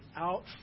out